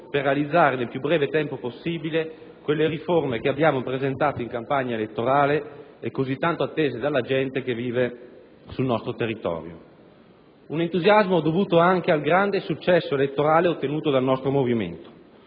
per realizzare nel più breve tempo possibile quelle riforme che abbiamo presentato in campagna elettorale e così tanto attese dalla gente che vive sul nostro territorio; un entusiasmo dovuto anche al grande successo elettorale ottenuto dal nostro movimento.